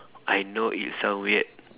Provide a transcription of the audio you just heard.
I know it sound weird